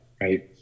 right